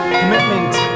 commitment